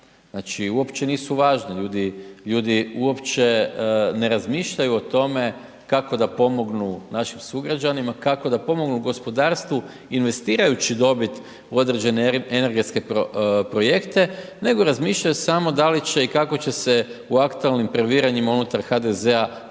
Znači, uopće nisu važne, ljudi uopće ne razmišljaju o tome kako da pomognu našim sugrađanima, kako da pomognu gospodarstvu investirajući dobit u određene energetske projekte, nego razmišljaju samo da li će i kako će se u aktualnim previranjima unutar HDZ-a,